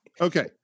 Okay